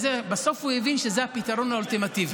אבל בסוף הוא הבין שזה הפתרון האולטימטיבי.